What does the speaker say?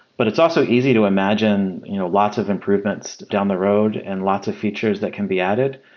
but it's also easy to imagine you know lots of improvements down the road and lots of features that can be added.